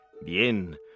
Bien